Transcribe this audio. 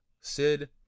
Sid